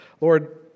Lord